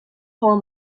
coal